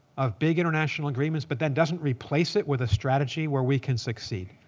of big international agreements but then doesn't replace it with a strategy where we can succeed,